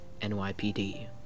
NYPD